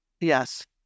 yes